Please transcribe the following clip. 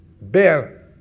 bear